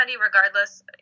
regardless